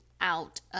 out